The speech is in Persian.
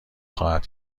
خواهد